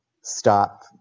stop